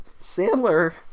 Sandler